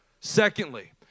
Secondly